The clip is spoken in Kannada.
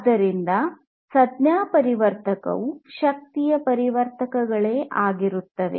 ಆದ್ದರಿಂದ ಸಂಜ್ಞಾಪರಿವರ್ತಕವು ಶಕ್ತಿಯ ಪರಿವರ್ತಕಗಳೇ ಆಗಿರುತ್ತವೆ